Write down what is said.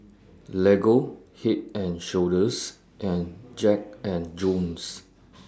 Lego Head and Shoulders and Jack and Jones